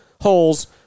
holes